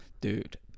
Dude